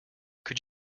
could